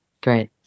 Great